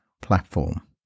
platform